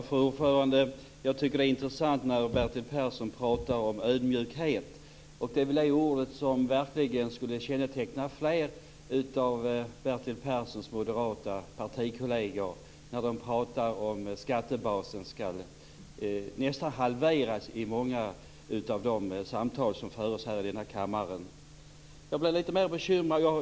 Fru talman! Jag tycker att det är intressant när Bertil Persson pratar om ödmjukhet. Det är ett ord som verkligen borde känneteckna fler av Bertil Perssons moderata partikolleger när de i många av de samtal som förs här i kammaren vill nästan halvera skattebasen.